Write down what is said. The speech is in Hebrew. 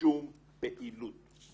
שום פעילות.